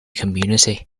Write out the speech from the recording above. community